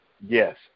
yes